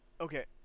okay